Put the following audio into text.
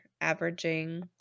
Averaging